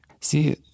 See